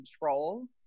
control